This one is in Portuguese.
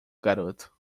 garoto